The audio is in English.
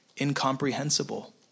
incomprehensible